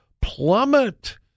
plummet